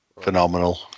Phenomenal